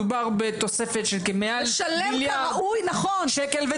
מדובר בתוספת של כמעל למיליארד שקל.